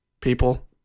people